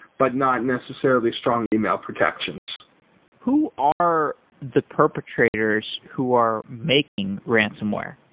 but not necessarily strong email protections who are the perpetrators who are making ransonware?